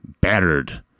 battered